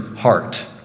heart